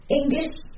English